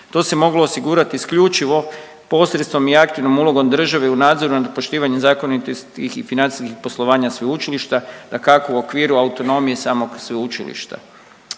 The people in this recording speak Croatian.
To se moglo osigurati isključivo posredstvom i aktivnom ulogom države u nadzoru nad poštivanjem zakonitosti i financijskih poslovanja sveučilišta, dakako u okviru autonomije samog sveučilišta.